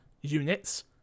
units